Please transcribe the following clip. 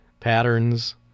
patterns